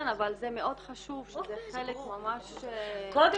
כן אבל זה מאוד חשוב שזה חלק ממש --- קודם